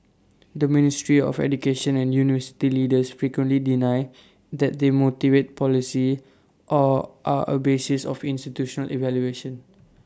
the ministry of education and university leaders frequently deny that they motivate policy or are A basis of institutional evaluation